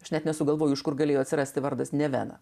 aš net nesugalvoju iš kur galėjo atsirasti vardas nevena